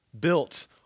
built